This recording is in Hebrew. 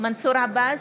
מנסור עבאס,